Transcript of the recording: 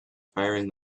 firing